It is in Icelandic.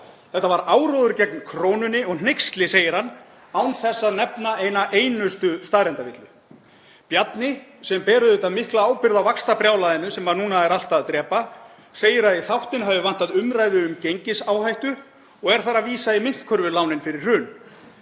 Þetta er áróður gegn krónunni og hneyksli, segir hann, án þess að nefna eina einustu staðreyndavillu. Bjarni, sem ber auðvitað mikla ábyrgð á vaxtabrjálæðinu sem núna er allt að drepa, segir að í þáttinn hafi vantað umræðu um gengisáhættu og er þar að vísa í myntkörfulánin fyrir hrun.